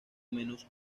menos